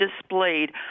displayed